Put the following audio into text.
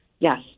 Yes